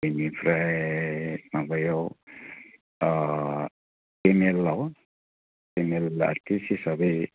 बेनिफ्राय माबायाव अह पेमेलआव पेमेल आर्टिस हिसाबै